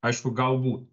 aišku galbūt